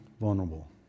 vulnerable